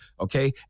Okay